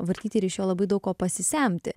vartyti ir iš jo labai daug ko pasisemti